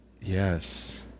Yes